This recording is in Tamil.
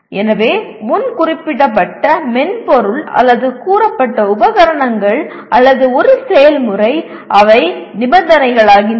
எனவே முன் குறிப்பிடப்பட்ட மென்பொருள் அல்லது கூறப்பட்ட உபகரணங்கள் அல்லது ஒரு செயல்முறை அவை நிபந்தனைகளாகின்றன